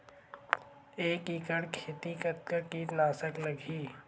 एक एकड़ खेती कतका किट नाशक लगही?